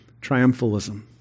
Triumphalism